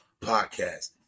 Podcast